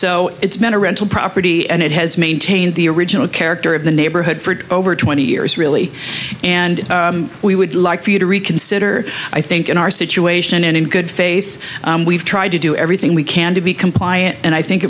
so it's been a rental property and it has maintained the original character of the neighborhood for over twenty years really and we would like for you to reconsider i think in our situation and in good faith we've tried to do everything we can to be compliant and i think